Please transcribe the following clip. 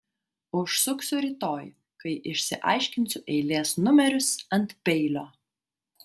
užsuksiu rytoj kai išsiaiškinsiu eilės numerius ant peilio